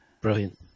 Brilliant